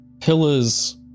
pillars